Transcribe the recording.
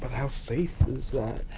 but how safe is